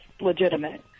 legitimate